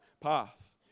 path